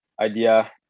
idea